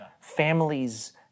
Families